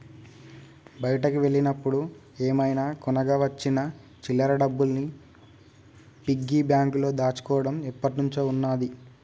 బయటికి వెళ్ళినప్పుడు ఏమైనా కొనగా వచ్చిన చిల్లర డబ్బుల్ని పిగ్గీ బ్యాంకులో దాచుకోడం ఎప్పట్నుంచో ఉన్నాది